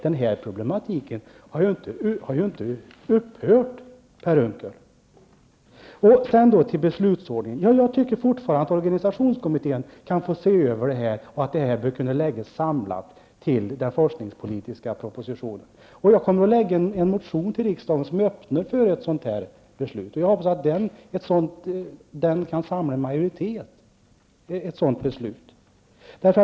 Denna problematik har ju inte upphört, Per Sedan till beslutsordningen. Jag tycker fortfarande att organisationskommmittén kan få se över detta och lägga fram ett samlat förslag till forskningspolitisk proposition. Jag kommer att framlägga en motion till riksdagen som öppnar för ett sådant beslut. Jag hoppas att den kan samla majoritet.